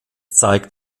zeigt